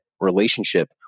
relationship